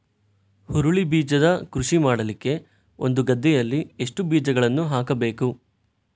ಹುರುಳಿ ಬೀಜದ ಕೃಷಿ ಮಾಡಲಿಕ್ಕೆ ಒಂದು ಗದ್ದೆಯಲ್ಲಿ ಎಷ್ಟು ಬೀಜಗಳನ್ನು ಹಾಕಬೇಕು?